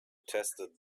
tested